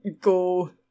go